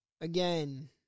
Again